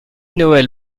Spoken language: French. noëlle